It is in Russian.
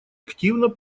активно